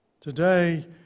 Today